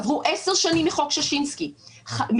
עברו עשר שנים מחוק ששינסקי 1,